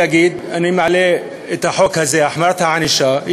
אני מעלה את החוק הזה על החמרת הענישה.